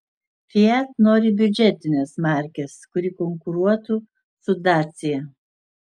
fiat nori biudžetinės markės kuri konkuruotų su dacia